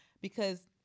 because-